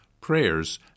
prayers